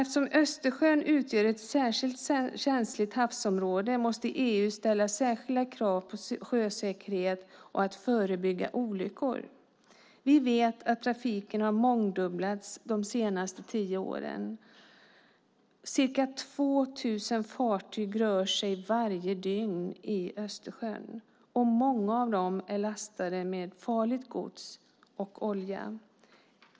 Eftersom Östersjön utgör ett särskilt känsligt havsområde måste EU ställa särskilda krav på sjösäkerhet för att förebygga olyckor. Vi vet att trafiken har mångdubblats de senaste tio åren. Ca 2 000 fartyg rör sig varje dygn i Östersjön, och många av dem är lastade med farligt gods och olja.